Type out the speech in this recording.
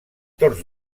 tots